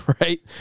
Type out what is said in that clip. right